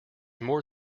more